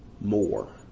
more